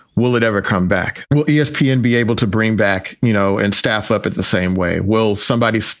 will it ever come back? well, yeah espn be and be able to bring back, you know, and staff up at the same way. will somebody, so